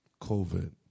COVID